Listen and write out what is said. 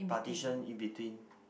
partition in between